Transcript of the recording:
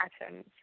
atoms